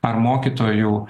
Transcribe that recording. ar mokytojų